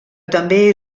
també